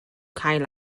cael